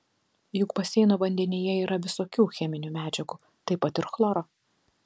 juk baseino vandenyje yra visokių cheminių medžiagų taip pat ir chloro